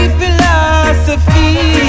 philosophy